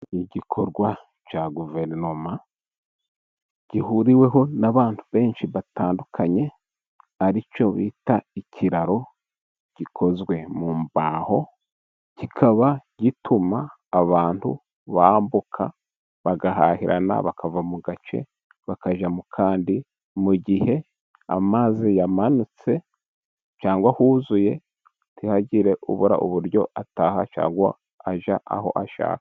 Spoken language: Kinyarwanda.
Igikorwa cya guverinoma gihuriweho n'abantu benshi batandukanye， aricyo bita ikiraro gikozwe mu mbaho， kikaba gituma abantu bambuka， bagahahirana，bakava mu gace bakajya mu kandi， mu gihe amazi yamanutse cyangwa huzuye， ntihagire ubura uburyo ataha cyangwa ajya aho ashaka.